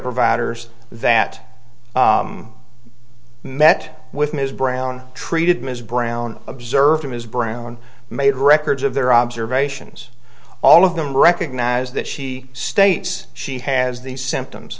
providers that met with ms brown treated ms brown observed ms brown made records of their observations all of them recognize that she states she has these symptoms